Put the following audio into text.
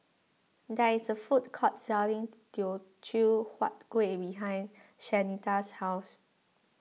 there is a food court selling Teochew Huat Kueh behind Shanita's house